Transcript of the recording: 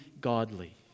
godly